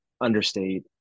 understate